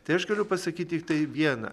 tai aš galiu pasakyt tiktai viena